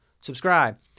subscribe